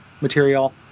material